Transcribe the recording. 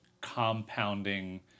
compounding